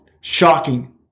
shocking